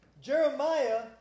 Jeremiah